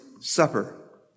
Supper